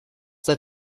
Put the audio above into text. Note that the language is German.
seit